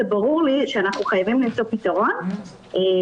זה ברור לי שאנחנו חייבים למצוא פתרון לפיו